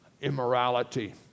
Immorality